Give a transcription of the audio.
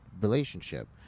relationship